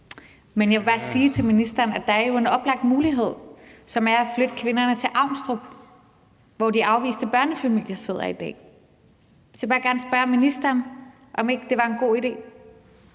Men jeg vil bare sige til ministeren, at der jo er en oplagt mulighed, som er at flytte kvinderne til Avnstrup, hvor de afviste børnefamilier sidder i dag. Så jeg vil bare gerne spørge ministeren, om ikke det var en god idé.